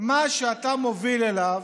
מה שאתה מוביל אליו